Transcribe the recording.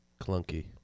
clunky